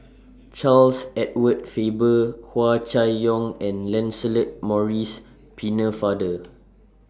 Charles Edward Faber Hua Chai Yong and Lancelot Maurice Pennefather